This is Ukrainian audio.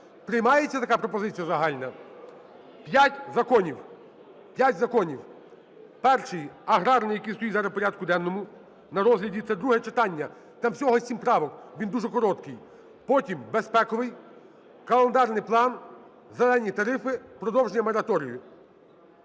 Приймається така пропозиція загальна? П'ять законів. П'ять законів. Перший – аграрний, який стоїть зараз в порядку денному на розгляді. Це друге читання, там всього 7 правок, він дуже короткий. Потім – безпековий. Календарний план. "Зелені" тарифи. Продовження мораторію.